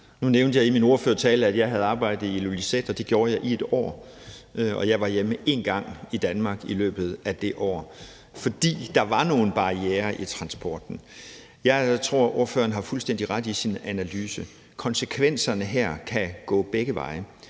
Nu nævnte jeg i min ordførertale, at jeg har arbejdet i Ilulissat, og det gjorde jeg i et år, og jeg var hjemme i Danmark én gang i løbet af det år, fordi der var nogle barrierer i transporten. Jeg tror, at ordføreren har fuldstændig ret i sin analyse; konsekvenserne her kan gå begge veje.